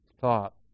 thought